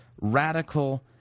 radical